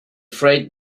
freight